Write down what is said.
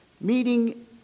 meeting